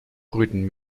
brüten